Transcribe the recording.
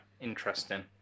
interesting